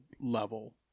level